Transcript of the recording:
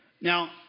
Now